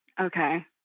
Okay